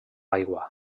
aigua